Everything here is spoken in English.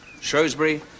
Shrewsbury